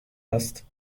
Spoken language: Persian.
است